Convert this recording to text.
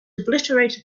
obliterated